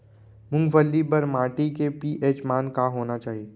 मूंगफली बर माटी के पी.एच मान का होना चाही?